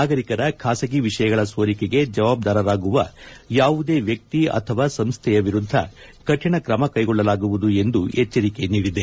ನಾಗರಿಕರ ಬಾಸಗಿ ವಿಷಯಗಳ ಸೋರಿಕೆಗೆ ಜವಾಬ್ದಾರಾಗುವ ಯಾವುದೇ ವ್ಯಕ್ತಿ ಅಥವಾ ಸಂಸ್ಥೆಯ ವಿರುದ್ದ ಕಠಿಣ ಕ್ರಮ ಕ್ಲೆಗೊಳ್ಳಲಾಗುವುದು ಎಂದು ಎಚ್ಚರಿಕೆ ನೀಡಿದೆ